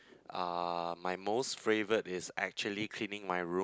uh my most favourite is actually cleaning my room